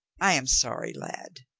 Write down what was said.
i am sorry, lad.